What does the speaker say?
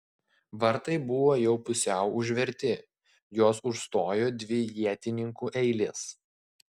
vartai buvo jau pusiau užverti juos užstojo dvi ietininkų eilės